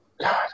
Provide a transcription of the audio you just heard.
god